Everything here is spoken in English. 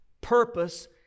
purpose